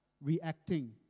reacting